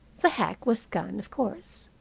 the hack was gone, of course.